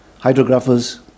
hydrographers